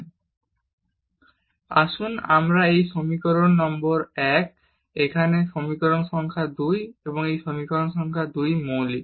zf x y xϕ yψ xϕ u v yψu v আসুন আমরা এই সমীকরণ নম্বর 1 এখানে সমীকরণ সংখ্যা 2 এবং এই সমীকরণ সংখ্যা 2 মৌলিক